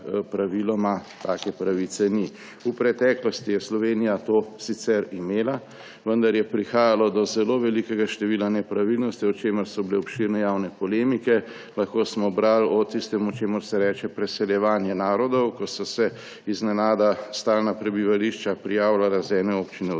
praviloma take pravice ni. V preteklosti je Slovenija to sicer imela, vendar je prihajalo do zelo velikega števila nepravilnosti, o čemer so bile obširne javne polemike. Lahko smo brali o tistem, čemur se reče preseljevanje narodov, ko so se iznenada stalna prebivališča prijavljala iz ene občine v drugo.